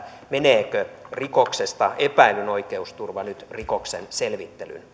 meneekö rikoksesta epäillyn oikeusturva nyt rikoksen selvittelyn